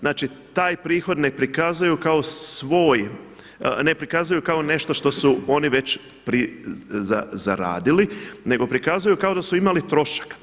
Znači taj prihod ne prikazuju kao svoj, ne prikazuju kao nešto što su oni već zaradili, nego prikazuju kao da su imali trošak.